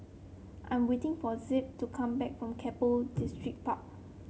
I'm waiting for Zeb to come back from Keppel Distripark